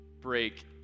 break